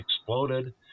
exploded